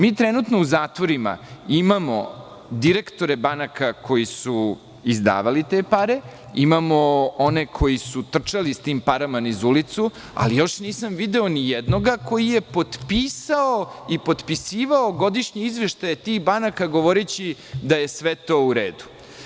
Mi trenutno u zatvorima imamo direktore banaka koji su izdavali te pare, imamo one koji su trčali s tim parama niz ulicu, ali još nisam video nijednoga koji je potpisao i potpisivao godišnje izveštaje tih banaka govoreći da je sve to u redu.